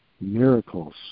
miracles